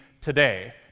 today